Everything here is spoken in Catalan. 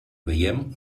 veiem